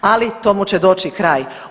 Ali tomu će doći kraj.